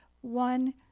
one